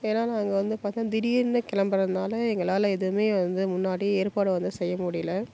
ஏன்னா நாங்கள் வந்து பார்த்தா திடீர்னு கிளம்புறதுனால எங்களால் எதுவுமே வந்து முன்னாடியே ஏற்பாடு வந்து செய்ய முடியல